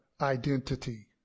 identity